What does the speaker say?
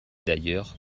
d’ailleurs